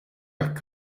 hekk